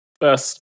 first